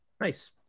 Nice